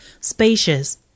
spacious